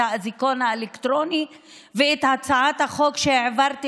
את האזיקון האלקטרוני ואת הצעת החוק שהעברתי